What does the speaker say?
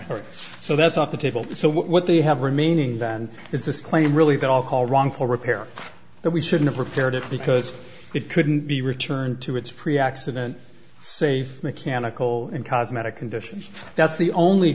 are so that's off the table so what they have remaining then is this claim really that all call wrong for repair that we shouldn't have repaired it because it couldn't be returned to its pre accident safe mechanical and cosmetic conditions that's the only